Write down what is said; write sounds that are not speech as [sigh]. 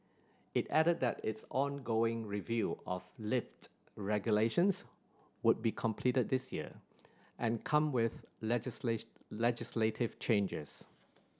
it added that its ongoing review of lift regulations would be completed this year and come with [unintelligible] legislative changes